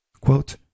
Quote